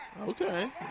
Okay